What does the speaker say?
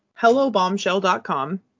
HelloBombshell.com